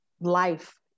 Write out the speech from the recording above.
life